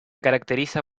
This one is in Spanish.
caracteriza